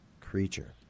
creature